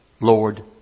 Lord